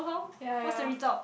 ye ye